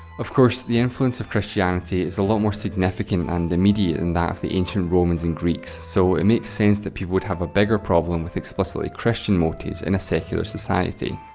of course, the influence of christianity is a lot more significant and immediate than and that of the ancient romans and greeks, so it makes sense that people would have a bigger problem with explicitly christian motifs in a secular society.